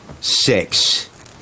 six